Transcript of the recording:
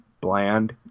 bland